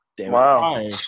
Wow